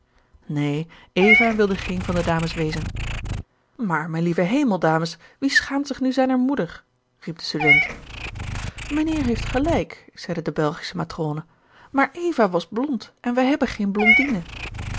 neen eva wilde geen van de dames wezen maar mijn lieve hemel dames wie schaamt zich nu zijner moeder riep de student mijnheer heeft gelijk zeide de belgische matrone maar eva was blond en wij hebben geen blondine